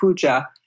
puja